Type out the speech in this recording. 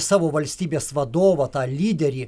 savo valstybės vadovą tą lyderį